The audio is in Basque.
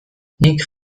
nik